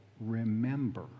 remember